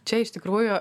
čia iš tikrųjų